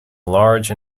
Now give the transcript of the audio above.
large